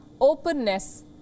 openness